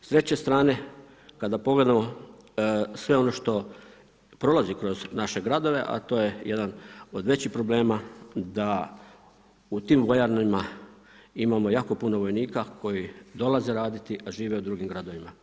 S treće strane kada pogledamo sve ono što prolazi kroz naše gradove, a to je jedan od većih problema da u tim vojarnama imamo jako puno vojnika koji dolaze raditi a žive u drugim gradovima.